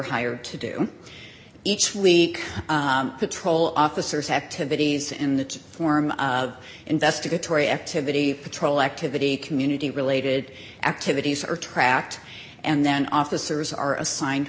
hired to do each week patrol officers activities in the form of investigatory activity patrol activity community related activities are tracked and then officers are assigned